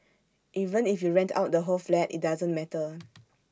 even if you rent out the whole flat IT doesn't matter